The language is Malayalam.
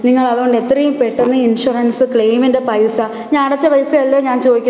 നിങ്ങൾ അതുകൊണ്ട് എത്രയും പെട്ടെന്ന് ഇൻഷുറൻസ് ക്ലെയിമിന്റെ പൈസ ഞാൻ അടച്ച പൈസയല്ലെ ഞാൻ ചോദിക്കുന്നത്